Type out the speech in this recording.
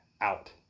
out